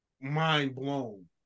mind-blown